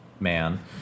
Man